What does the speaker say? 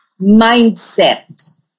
mindset